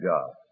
God